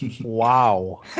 wow